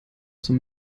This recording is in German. zum